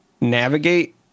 navigate